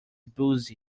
booze